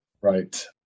right